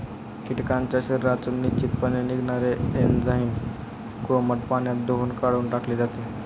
कीटकांच्या शरीरातून निश्चितपणे निघणारे एन्झाईम कोमट पाण्यात धुऊन काढून टाकले जाते